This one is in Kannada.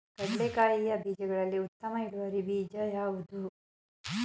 ಕಡ್ಲೆಕಾಯಿಯ ಬೀಜಗಳಲ್ಲಿ ಉತ್ತಮ ಇಳುವರಿ ಬೀಜ ಯಾವುದು?